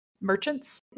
merchants